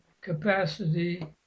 capacity